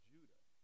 Judah